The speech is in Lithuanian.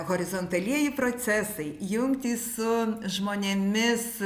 horizontalieji procesai jungtys su žmonėmis